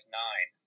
nine